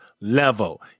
level